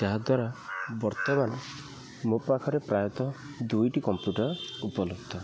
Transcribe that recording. ଯାହାଦ୍ୱାରା ବର୍ତ୍ତମାନ ମୋ ପାଖରେ ପ୍ରାୟତଃ ଦୁଇଟି କମ୍ପ୍ୟୁଟର୍ ଉପଲବ୍ଧ